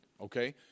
Okay